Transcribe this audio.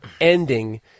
ending